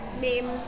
name